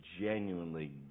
genuinely